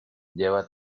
lleva